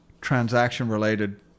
transaction-related